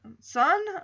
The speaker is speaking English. son